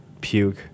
Puke